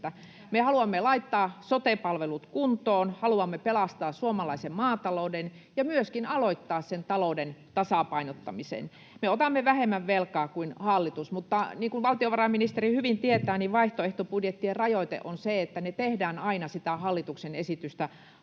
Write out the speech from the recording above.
Me haluamme laittaa sote-palvelut kuntoon, haluamme pelastaa suomalaisen maatalouden ja myöskin aloittaa sen talouden tasapainottamisen. Me otamme vähemmän velkaa kuin hallitus. Mutta niin kuin valtiovarainministeri hyvin tietää, niin vaihtoehtobudjettien rajoite on se, että ne tehdään aina sitä hallituksen esitystä vasten,